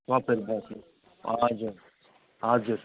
कफेर बस्ने हजुर हजुर